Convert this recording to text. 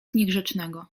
niegrzecznego